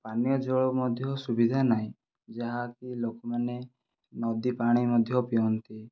ପନୀୟଜଳର ମଧ୍ୟ ସୁବିଧା ନାହିଁ ଯାହାକି ଲୋକମାନେ ନଦୀ ପାଣି ମଧ୍ୟ ପିଅନ୍ତି